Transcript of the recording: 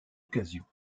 occasion